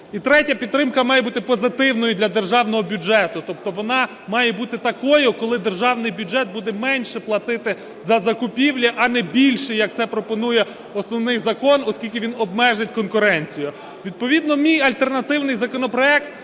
І третє. Підтримка має бути позитивною для державного бюджету, тобто вона має бути такою, коли державний бюджет буде менше платити за закупівлі, а не більше, як це пропонує основний закон, оскільки він обмежить конкуренцію. Відповідно мій альтернативний законопроект,